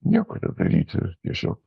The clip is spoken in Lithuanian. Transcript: nieko nedaryti tiesiog